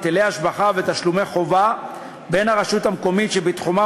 מהיטלי השבחה ומתשלומי חובה בין הרשות המקומית שבתחומה